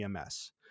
EMS